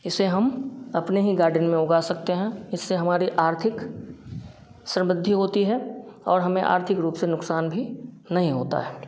इसे हम अपने ही गार्डन में उगा सकते हैं इससे हमारी आर्थिक समृद्धि होती है और हमें आर्थिक रूप से नुकसान भी नहीं होता है